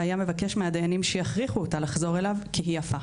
והיה מבקש מהדיינים שיכריחו אותה לחזור אליו כי היא יפה.